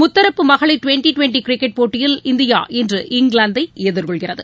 முத்தரப்பு மகளிர் twenty twenty cricket போட்டியில் இந்தியா இன்று இங்கிலாந்தை எதிர்கொள்கிறது